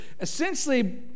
essentially